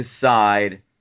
decide